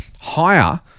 higher